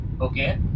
Okay